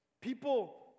People